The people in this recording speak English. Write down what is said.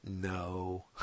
no